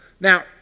Now